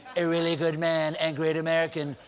a really good man and great american,